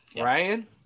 Ryan